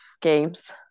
games